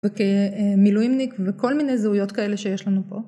וכמילואימניק וכל מיני זהויות כאלה שיש לנו פה.